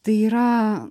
tai yra